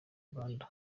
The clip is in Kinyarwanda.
uganda